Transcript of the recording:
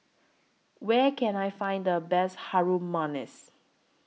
Where Can I Find The Best Harum Manis